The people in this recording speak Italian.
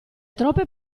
troppe